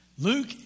Luke